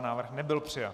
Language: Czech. Návrh nebyl přijat.